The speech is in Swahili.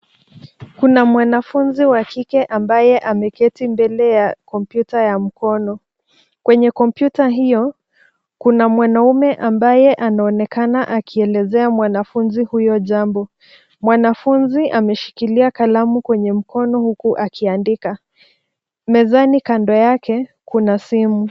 Kuna mwanafunzi wa kike ambaye ameketi mbele ya kompyuta ya mkono. Kwenye kompyuta hio, kuna mwanaume ambaye anaonekana akielezea mwanafunzi huyo jambo. Mwanafunzi ameshikilia kalamu kwenye mkono huku akiandika. Mezani kando yake kuna simu.